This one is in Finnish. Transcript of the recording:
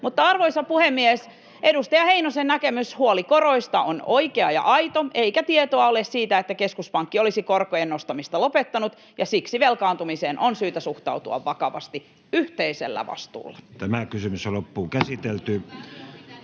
Mutta, arvoisa puhemies, edustaja Heinosen näkemys, huoli koroista, on oikea ja aito, eikä tietoa ole siitä, että keskuspankki olisi korkojen nostamista lopettanut, ja siksi velkaantumiseen on syytä suhtautua vakavasti yhteisellä vastuulla. [Speech 82] Speaker: